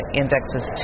indexes